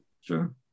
sure